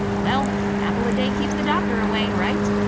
well, an apple a day keeps the doctor away, right?